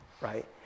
right